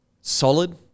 solid